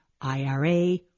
IRA